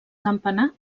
campanar